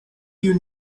you